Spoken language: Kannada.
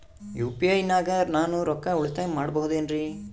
ಯು.ಪಿ.ಐ ನಾಗ ನಾನು ರೊಕ್ಕ ಉಳಿತಾಯ ಮಾಡಬಹುದೇನ್ರಿ?